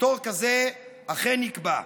ותור כזה אכן נקבע.